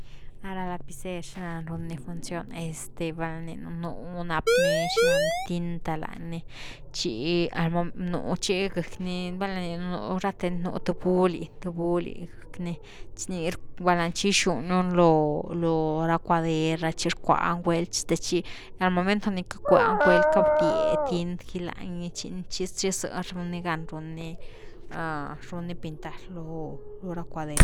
Ra lapicer xina run ni función este val nan gininu nuni nap ni xilani tinta lañni chi nú, chi gecky ni valna gininu nú th buli-th buli geckni chi ni valna, chi gixuniun lo-lo ra cuader chi rcuan guel te chi, al momento de ni cackua ni guel, cadie tint gi lañ ni chi zëh-zëh runi gan run ni-run ni pintar lo ra cuader.